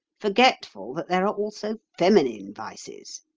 forgetful that there are also feminine vices.